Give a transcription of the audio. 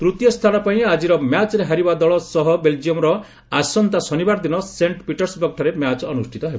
ତୂତୀୟ ସ୍ଥାନପାଇଁ ଆଜିର ମ୍ୟାଚ୍ରେ ହାରିବା ଦଳ ସହ ବେଲ୍ଜିୟମ୍ର ଆସନ୍ତା ଶନିବାର ଦିନ ସେଟ୍ ପିଟର୍ସବର୍ଗଠାରେ ମ୍ୟାଚ୍ ଅନୁଷ୍ଠିତ ହେବ